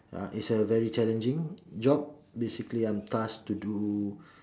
uh it's a very challenging job basically I'm tasked to do